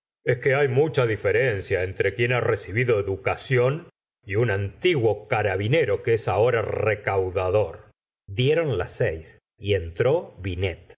es que hay mucha diferencia entre quien ha recibido educación y utl antiguo carabinero que es ahora recaudador dieron las seis y entró binet